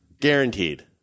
Guaranteed